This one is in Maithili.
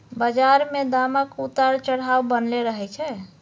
बजार मे दामक उतार चढ़ाव बनलै रहय छै